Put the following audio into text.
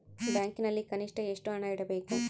ಬ್ಯಾಂಕಿನಲ್ಲಿ ಕನಿಷ್ಟ ಎಷ್ಟು ಹಣ ಇಡಬೇಕು?